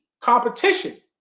competition